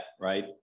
right